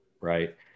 Right